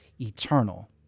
eternal